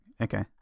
okay